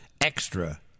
extra